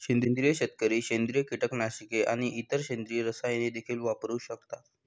सेंद्रिय शेतकरी सेंद्रिय कीटकनाशके आणि इतर सेंद्रिय रसायने देखील वापरू शकतात